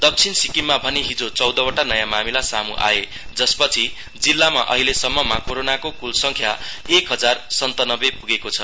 दक्षिण सिक्किममा भने हिजो चौधवटा नयाँ मामिला सामू आए जसपछि जिल्लामा अहिलेसम्ममा कोरोनाको कुल संख्या एक हजार सन्तनब्बे पुगेको छ